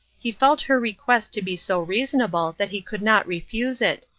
he felt her request to be so reasonable that he could not refuse it,